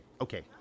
Okay